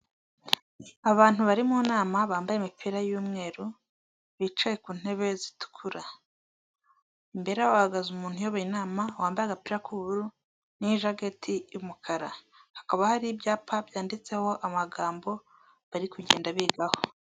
Abantu bari mu nama bambaye imipira y'umweru bicaye ku ntebe zitukura imbere yaho hahagaze umuntu uyoboye inama wambaye agapira k'ubururu ni jaketi y'umukara hakaba hari ibyapa byanditseho amagambo bari kugenda biribwaho.